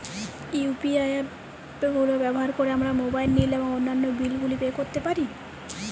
UPI app গুলো ব্যবহার করে আমরা মোবাইল নিল এবং অন্যান্য বিল গুলি পে করতে পারি